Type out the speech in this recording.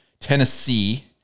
Tennessee